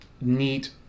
neat